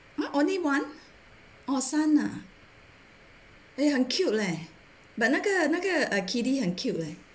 only one orh 三啊 eh 很 cute leh but 那个那个 kiddie 很 cute leh